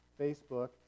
Facebook